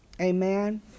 Amen